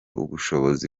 ubushobozi